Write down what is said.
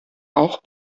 auch